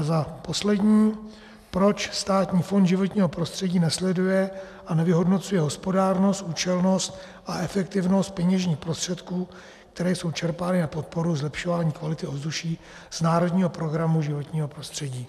Za poslední: Proč Státní fond životního prostředí nesleduje a nevyhodnocuje hospodárnost, účelnost a efektivitu peněžních prostředků, které jsou čerpány na podporu zlepšování kvality ovzduší z národního programu životního prostředí?